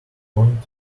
point